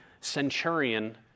centurion